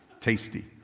tasty